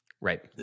Right